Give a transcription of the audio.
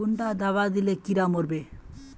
कुंडा दाबा दिले कीड़ा मोर बे?